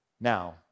Now